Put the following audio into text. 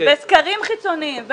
וסקרים חיצוניים,